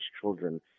children